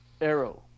Arrow